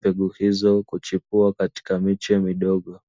mbegu hizo kuchipua katika miche midogo.